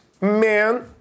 man